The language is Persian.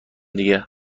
دیگه